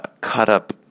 cut-up